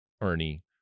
Ernie